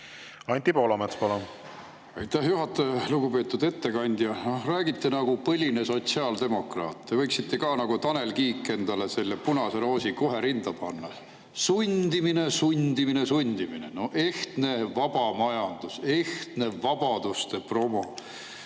kohta on? Aitäh, juhataja! Lugupeetud ettekandja! Räägite nagu põline sotsiaaldemokraat. Te võiksite ka nagu Tanel Kiik endale selle punase roosi kohe rinda panna. Sundimine, sundimine, sundimine – ehtne vaba majandus, ehtne vabaduste promo.